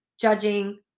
judging